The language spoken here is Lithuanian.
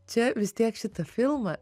čia vis tiek šitą filmą